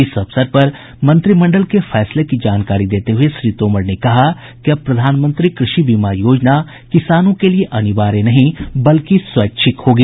इस अवसर पर मंत्रिमंडल के फैसले की जानकारी देते हुए श्री तोमर ने कहा कि अब प्रधानमंत्री कृषि बीमा योजना किसानों के लिए अनिवार्य नहीं बल्कि स्वैच्छिक होगी